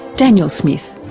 daniel smith.